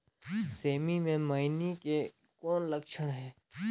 सेमी मे मईनी के कौन लक्षण हे?